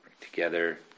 together